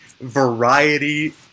variety